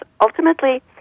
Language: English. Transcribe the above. ultimately